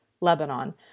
Lebanon